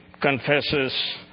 confesses